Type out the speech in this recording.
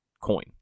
coin